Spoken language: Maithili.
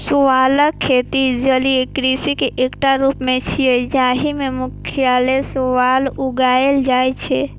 शैवालक खेती जलीय कृषि के एकटा रूप छियै, जाहि मे मुख्यतः शैवाल उगाएल जाइ छै